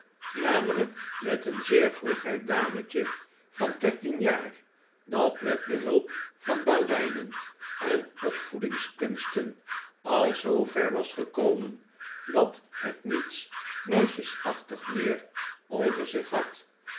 namelijk met een zeer vroegrijp dametje van dertien jaar dat met behulp van baleinen en opvoedingskunsten al zoover was gekomen dat het niets meisjesachtigs meer over zich had